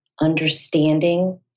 understanding